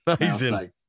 Amazing